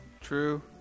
True